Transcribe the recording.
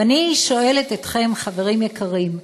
ואני שואלת אתכם, חברים יקרים: